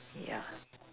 ya